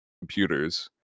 computers